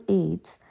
aids